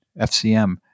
FCM